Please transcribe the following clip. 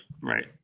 right